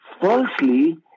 falsely